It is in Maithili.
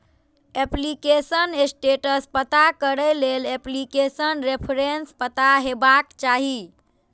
एप्लीकेशन स्टेटस पता करै लेल एप्लीकेशन रेफरेंस पता हेबाक चाही